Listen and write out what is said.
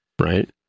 right